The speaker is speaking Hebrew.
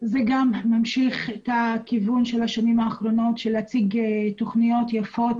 זה גם ממשיך את הכיוון של השנים האחרונות להציג תוכניות יפות,